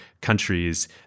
countries